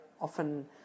often